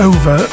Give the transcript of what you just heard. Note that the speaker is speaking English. Over